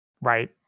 Right